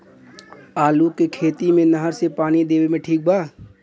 आलू के खेती मे नहर से पानी देवे मे ठीक बा?